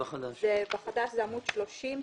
עמוד 30,